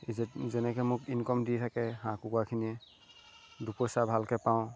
যি যেনেকৈ মোক ইনকম দি থাকে হাঁহ কুকুৰাখিনি দুপইচা ভালকৈ পাওঁ